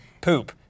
poop